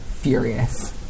Furious